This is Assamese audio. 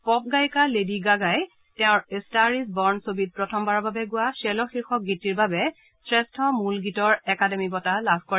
পপ গায়িকা লেডী গাগাই তেওঁৰ 'এ ষ্টাৰ ইজ বৰ্ণ' ছবিত প্ৰথম বাৰৰ বাবে গোৱা 'শ্বেল' শীৰ্ষক গীতটিৰ বাবে শ্ৰেষ্ঠ মূল গীতৰ একাডেমী বঁটা লাভ কৰে